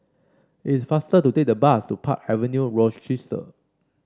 is faster to take the bus to Park Avenue Rochester